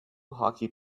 hockey